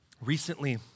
Recently